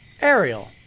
Ariel